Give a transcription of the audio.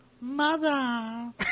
mother